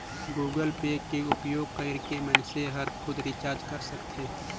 Google Pay के उपयोग करके मइनसे हर खुद रिचार्ज कर सकथे